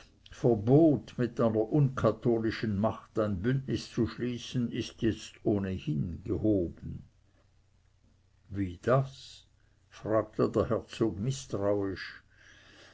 verbot mit einer unkatholischen macht ein bündnis zu schließen ist jetzt ohnedies gehoben wie das fragte der herzog mißtrauisch